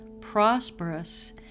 prosperous